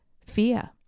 Fear